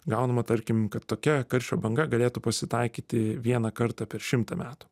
gaunama tarkim kad tokia karščio banga galėtų pasitaikyti vieną kartą per šimtą metų